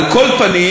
על כל פנים,